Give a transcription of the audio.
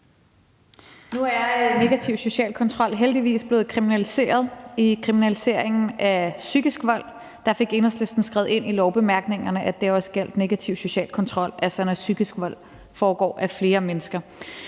Nu er negativ social kontrol heldigvis blevet kriminaliseret i kriminaliseringen af psykisk vold. Der fik Enhedslisten skrevet ind i lovbemærkningerne, at det også skulle gælde negativ social kontrol, altså når psykisk vold foregår mod flere mennesker.